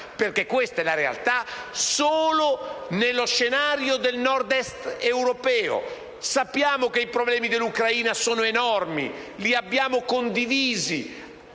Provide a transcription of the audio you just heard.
perché questa è la realtà - solo nello scenario del Nord Est europeo. Sappiamo che i problemi dell'Ucraina sono enormi: li abbiamo condivisi,